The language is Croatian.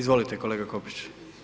Izvolite kolega Kopić.